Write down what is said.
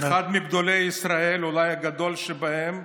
אחד מגדולי ישראל, אולי הגדול שבהם,